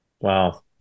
wow